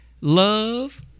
Love